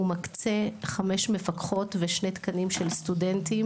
הוא מקצה חמש מפקחות ושני תקנים של סטודנטים